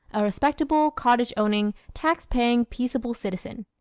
a respectable, cottage-owning, tax-paying, peaceable citizen.